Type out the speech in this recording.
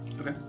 Okay